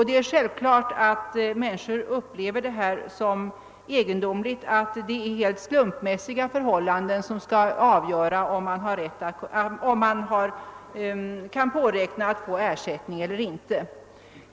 Det är självklart att människor finner det egendomligt att det är helt slumpmässiga förhållanden som skall avgöra om man kan påräkna att få ersättning eller inte.